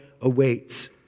awaits